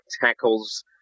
tackles